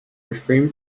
refrain